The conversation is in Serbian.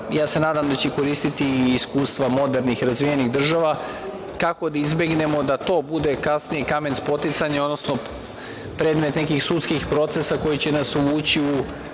ja se nadam da će koristiti i iskustva modernih, razvijenih država, kako da izbegnemo da to bude kasnije kamen spoticanja, odnosno predmet nekih sudskih procesa koji će nas uvući u